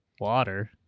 water